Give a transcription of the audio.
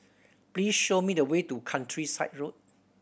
please show me the way to Countryside Road